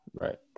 Right